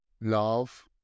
love